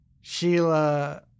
Sheila